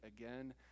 again